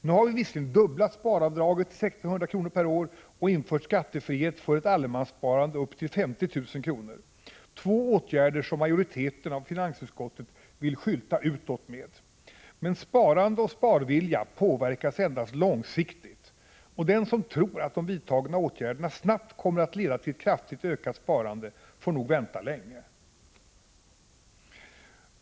Nu har vi visserligen dubblat sparavdraget till 1 600 kr./år, och infört skattefrihet för ett allemanssparande upp till 50 000 kr., två åtgärder som majoriteten av finansutskottet vill skylta utåt med. Men sparande och sparvilja påverkas endast långsiktigt, och den som tror att de vidtagna åtgärderna snabbt kommer att leda till ett kraftigt ökat sparande får nog vänta länge.